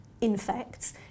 infects